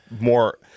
more